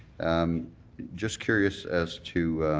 um just curious as to